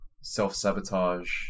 self-sabotage